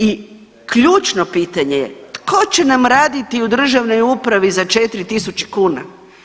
I ključno pitanje je, tko će nam raditi u državnoj upravi za 4.000 kuna?